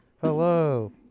hello